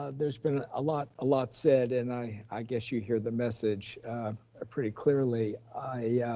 ah there's been a lot ah lot said, and i i guess you hear the message ah pretty clearly. i yeah